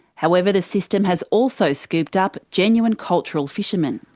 however, the system has also scooped up genuine cultural fishermen.